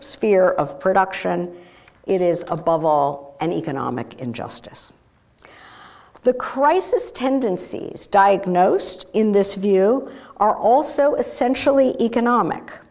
sphere of production it is above all an economic injustice the crisis tendencies diagnosed in this view are also essentially economic